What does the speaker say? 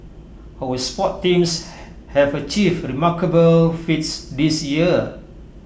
our sports teams have achieved remarkable feats this year